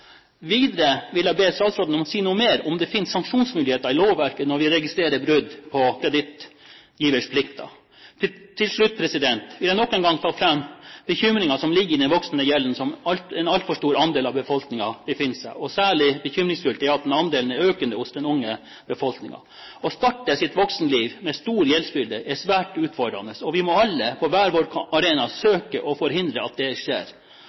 Videre vil jeg be statsråden si noe mer om det finnes sanksjonsmuligheter i lovverket når vi registrerer brudd på kredittgivers plikter. Til slutt vil jeg nok en gang ta fram bekymringen som ligger i den voksende gjelden som en altfor stor andel av befolkningen befinner seg i. Særlig bekymringsfullt er det at andelen er økende hos den unge befolkningen. Å starte sitt voksenliv med en stor gjeldsbyrde er svært utfordrende, og vi må alle, på hver vår arena, søke å forhindre at det skjer.